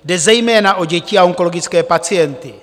Jde zejména o děti a onkologické pacienty.